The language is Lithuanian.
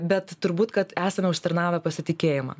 bet turbūt kad esame užsitarnavę pasitikėjimą